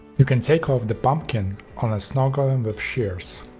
you can take off the pumpkin on a snow golem with shears.